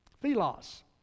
Philos